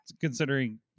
Considering